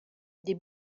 des